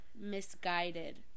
misguided